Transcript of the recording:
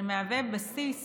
שמהוות בסיס